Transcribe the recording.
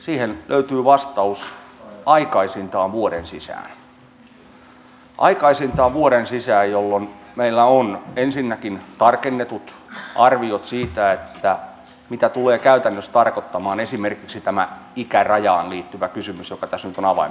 siihen löytyy vastaus aikaisintaan vuoden sisään aikaisintaan vuoden sisään jolloin meillä on ensinnäkin tarkennetut arviot siitä mitä tulee käytännössä tarkoittamaan esimerkiksi tämä ikärajaan liittyvä kysymys joka tässä nyt on avaimeksi noussut